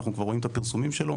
אנחנו כבר רואים את הפרסומים שלו,